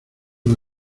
una